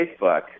Facebook